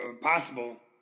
Possible